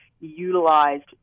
utilized